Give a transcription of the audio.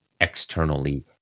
externally